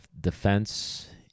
defense